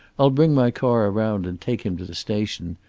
i'll bring my car around and take him to the station.